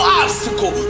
obstacle